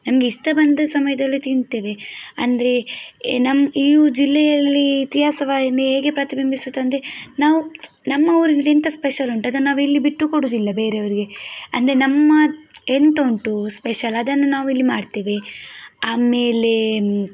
ನಮಗೆ ಇಷ್ಟ ಬಂದ ಸಮಯದಲ್ಲಿ ತಿಂತೇವೆ ಅಂದರೆ ಈ ನಮ್ಮ ಈ ಜಿಲ್ಲೆಯಲ್ಲಿ ಇತಿಹಾಸವನ್ನು ಹೇಗೆ ಪ್ರತಿಬಿಂಬಿಸುತ್ತೆ ಅಂದರೆ ನಾವು ನಮ್ಮ ಊರಿನಲ್ಲಿ ಎಂಥ ಸ್ಪೆಷಲ್ ಉಂಟು ಅದು ನಾವು ಇಲ್ಲಿ ಬಿಟ್ಟು ಕೊಡೋದಿಲ್ಲ ಬೇರೆಯವರಿಗೆ ಅಂದರೆ ನಮ್ಮ ಎಂಥ ಉಂಟು ಸ್ಪೆಷಲ್ ಅದನ್ನು ನಾವು ಇಲ್ಲಿ ಮಾಡ್ತೇವೆ ಆಮೇಲೆ